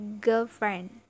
girlfriend